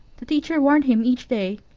the teacher warned him each day,